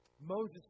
Moses